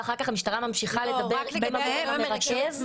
ואחר כך המשטרה ממשיכה דרך הגורם המרכז?